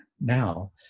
now